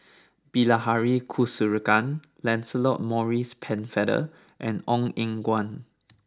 Bilahari Kausikan Lancelot Maurice Pennefather and Ong Eng Guan